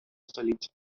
століття